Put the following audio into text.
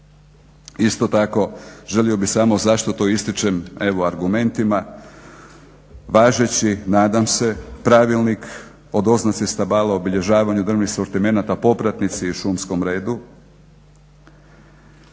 Isto tako želio bih samo, zašto to ističem evo argumentima, važeći nadam se pravilnik o doznaci stabala, obilježavanju drvnih sortimenata, popratnici i šumskom redu.